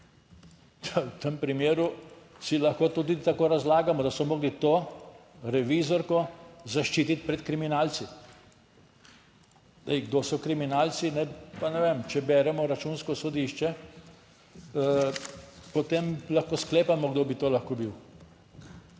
V tem primeru si lahko tudi tako razlagamo, da so morali to revizorko zaščititi pred kriminalci. Zdaj, kdo so kriminalci, pa ne vem? Če beremo Računsko sodišče. Potem lahko sklepamo, kdo bi to lahko bil?